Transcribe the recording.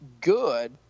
good